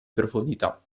profondità